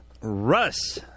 Russ